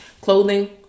Clothing